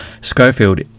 Schofield